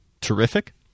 terrific